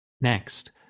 Next